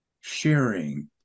sharing